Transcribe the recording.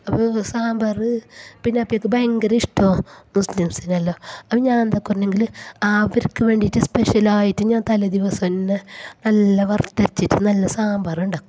അപ്പോൾ സാമ്പാർ പിന്നെ അപ്പേക്ക് ഭയങ്കര ഇഷ്ട്ടവാ മുസ്ലീംസിന് എല്ലാം അപ്പോൾ ഞാന് എന്താക്കുമെന്ന് പറഞ്ഞാൽ അവർക്ക് വേണ്ടിയി ട്ട് സ്പെഷ്യല് ആയിട്ട് ഞാന് തലേ ദിവസം തന്നെ നല്ല വറുത്തരച്ചിട്ട് നല്ല സാമ്പാർ ഉണ്ടാക്കും